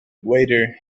waiter